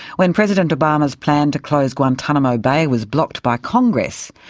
when president obama's plan to close guantanamo bay was blocked by congress,